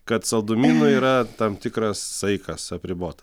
kad saldumynai yra tam tikras saikas apribota